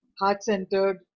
heart-centered